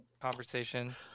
conversation